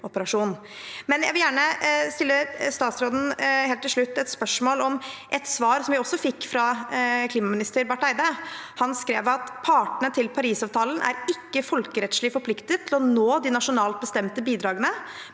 helt til slutt stille statsråden et spørsmål om et svar som vi også fikk fra klimaminister Barth Eide. Han skrev: «Partene til Parisavtalen er ikke folkerettslig forpliktet til å nåde nasjonalt bestemte bidragene,